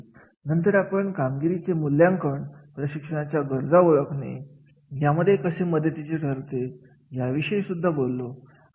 नंतर आपण कामगिरीचे मूल्यांकन प्रशिक्षणाच्या गरजा ओळखणे या मध्ये कसे मदतीचे ठरते या विषयी बोललो